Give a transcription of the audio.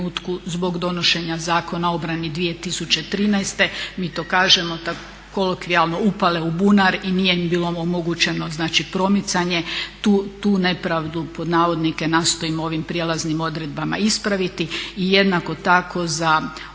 zbog donošenja Zakona o obrani 2013. mi to kažemo kolokvijalno upale u bunar i nije im bilo omogućeno, znači promicanje tu nepravdu pod navodnike nastojimo ovim prijelaznim odredbama ispraviti. I jednako tako za osobe